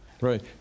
Right